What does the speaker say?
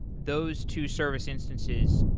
those two service instances,